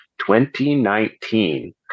2019